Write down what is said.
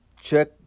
check